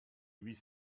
huit